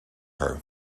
her